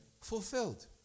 fulfilled